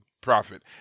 profit